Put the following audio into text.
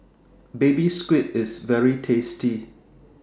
Baby Squid IS very tasty